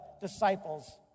disciples